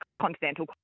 continental